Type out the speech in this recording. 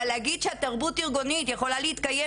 אבל להגיד שתרבות ארגונית יכולה להתקיים